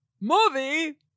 movie